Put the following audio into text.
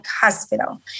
hospital